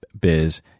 biz